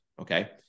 Okay